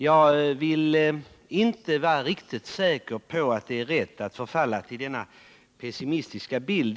Jag är inte riktigt säker på att det är rätt att förfalla till dessa pessimistiska tongångar.